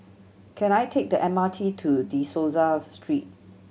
can I take the M R T to De Souza Street